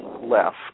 left